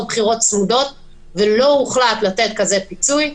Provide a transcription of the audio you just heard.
בחירות צמודות ולא הוחלט לתת כזה פיצוי.